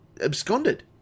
Absconded